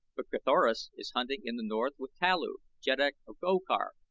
but carthoris is hunting in the north with talu, jeddak of okar,